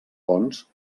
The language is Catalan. fonts